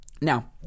Now